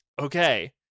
Okay